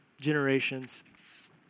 generations